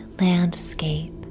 landscape